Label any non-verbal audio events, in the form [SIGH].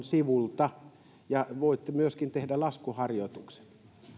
[UNINTELLIGIBLE] sivuilta ja voitte myöskin tehdä laskuharjoituksen